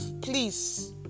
please